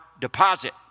deposit